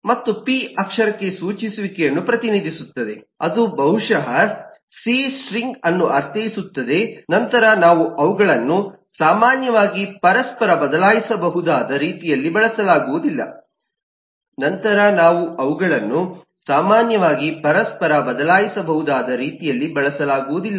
ಮತ್ತು ಪಿ ಅಕ್ಷರಕ್ಕೆ ಸೂಚಿಸುವಿಕೆಯನ್ನು ಪ್ರತಿನಿಧಿಸುತ್ತದೆ ಅದು ಬಹುಶಃ ಸಿ ಸ್ಟ್ರಿಂಗ್ ಅನ್ನು ಅರ್ಥೈಸುತ್ತದೆ ನಂತರ ನಾವು ಅವುಗಳನ್ನು ಸಾಮಾನ್ಯವಾಗಿ ಪರಸ್ಪರ ಬದಲಾಯಿಸಬಹುದಾದ ರೀತಿಯಲ್ಲಿ ಬಳಸಲಾಗುವುದಿಲ್ಲ